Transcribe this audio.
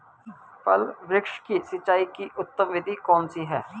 फल वृक्ष की सिंचाई की उत्तम विधि कौन सी है?